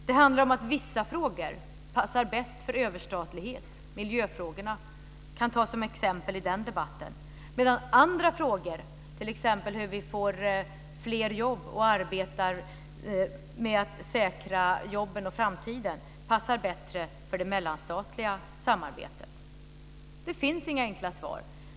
Det handlar om att vissa frågor passar bäst för överstatlighet - miljöfrågorna kan tas som exempel i den debatten - medan andra frågor, t.ex. hur vi får fler jobb och arbetar med att säkra jobben och framtiden, passar bättre för det mellanstatliga samarbetet. Det finns inga enkla svar.